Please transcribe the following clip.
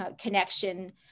connection